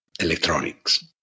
electronics